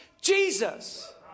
Jesus